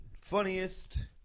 funniest